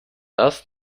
erst